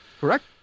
Correct